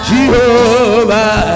Jehovah